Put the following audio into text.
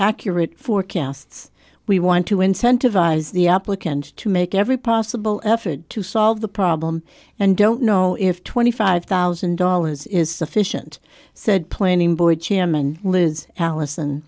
accurate forecasts we want to incentivize the applicant to make every possible effort to solve the problem and don't know if twenty five thousand dollars is sufficient said planning board chairman liz allison